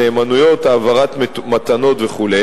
נאמנויות, העברת מתנות וכו',